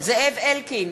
זאב אלקין,